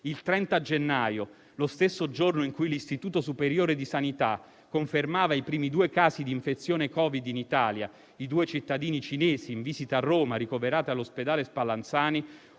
Il 30 gennaio, lo stesso giorno in cui l'Istituto superiore di sanità confermava i primi due casi di infezione Covid in Italia (i due cittadini cinesi in visita a Roma ricoverati all'ospedale Spallanzani),